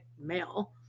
male